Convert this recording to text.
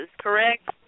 correct